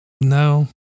No